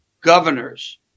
governors